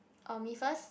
um me first